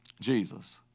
Jesus